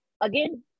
again